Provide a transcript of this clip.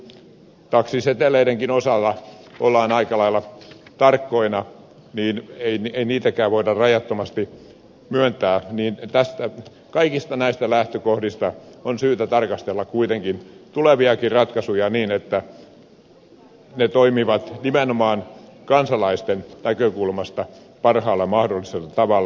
kun kuitenkin taksiseteleidenkin osalta ollaan aika lailla tarkkoina eikä niitäkään voida rajattomasti myöntää niin kaikista näistä lähtökohdista on syytä tarkastella tuleviakin ratkaisuja niin että ne toimivat nimenomaan kansalaisten näkökulmasta parhaalla mahdollisella tavalla